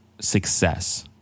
success